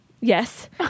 yes